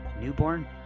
Newborn